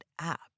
app